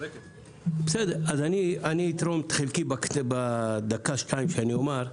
אתרום את חלקי בדקה שאומר.